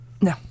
No